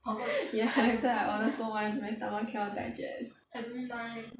ya like I order so much my stomach cannot digest